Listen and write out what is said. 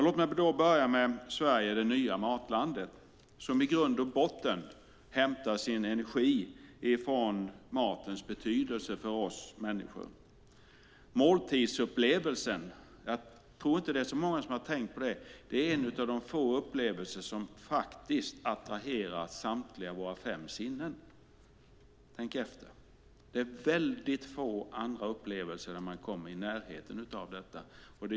Låt mig börja med Sverige - det nya matlandet, som i grund och botten hämtar sin energi från matens betydelse för oss människor. Måltidsupplevelsen - jag tror inte att det är många som har tänkt på det - är en av de få upplevelser som attraherar samtliga våra fem sinnen. Tänk efter! Det är få andra upplevelser där man kommer i närheten av detta.